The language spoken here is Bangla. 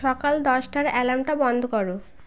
সকাল দশটার অ্যাল্যার্মটা বন্ধ করো